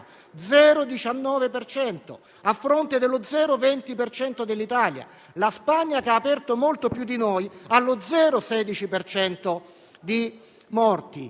cento, a fronte dello 0,2 dell'Italia). La Spagna, che ha aperto molto più di noi, ha lo 0,16 per